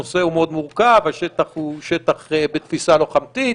הנושא מאוד מורכב, השטח הוא בתפיסה לוחמתית,